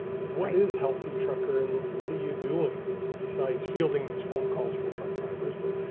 what is healthy trucker and what are you doing besides fielding these phone calls from truck drivers, but